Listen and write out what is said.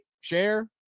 share